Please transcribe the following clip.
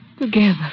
Together